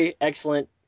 excellent